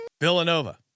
Villanova